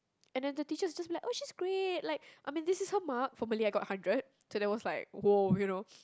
and then the teacher will just be like oh she's great like I mean this is her mark for Malay I got hundred so that was like !woah! you know